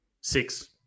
six